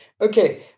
Okay